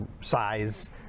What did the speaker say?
size